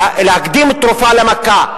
להקדים תרופה למכה.